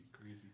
crazy